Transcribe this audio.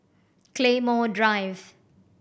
Claymore Drive